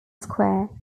square